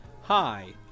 Hi